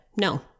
no